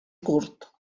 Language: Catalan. curt